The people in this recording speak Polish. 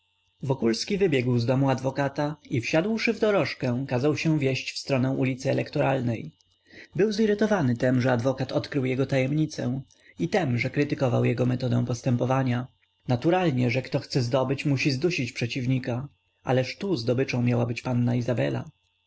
wokulski wybiegł z domu adwokata i wsiadłszy w dorożkę kazał się wieść w stronę ulicy elektoralnej był zirytowany tem że adwokat odkrył jego tajemnicę i tem że krytykował jego metodę postępowania naturalnie że kto chce zdobyć musi zdusić przeciwnika ależ tu zdobyczą miała być panna izabela